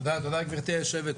תודה גבירתי היו"ר,